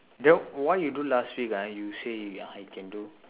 then why you do last week ah you say I can do